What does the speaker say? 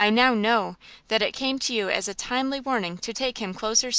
i now know that it came to you as a timely warning to take him closer still.